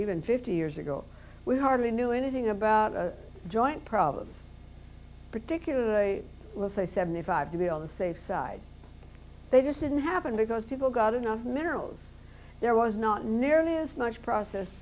even fifty years ago we hardly knew anything about a joint problems particular they will say seventy five to be on the safe side they just didn't happen because people got enough minerals there was not nearly as much processed